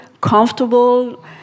comfortable